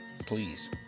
Please